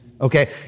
Okay